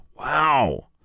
Wow